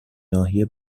ناحیه